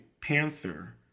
panther